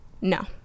no